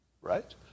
right